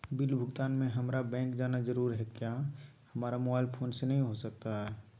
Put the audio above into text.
Bill भुगतान में हम्मारा बैंक जाना जरूर है क्या हमारा मोबाइल फोन से नहीं हो सकता है?